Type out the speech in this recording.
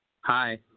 Hi